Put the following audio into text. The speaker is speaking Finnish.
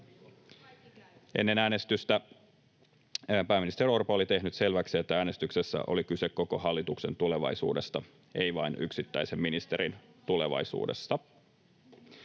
Ennen äänestystä pääministeri Orpo oli tehnyt selväksi, että äänestyksessä oli kyse koko hallituksen tulevaisuudesta, ei vain yksittäisen ministerin tulevaisuudesta.